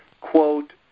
quote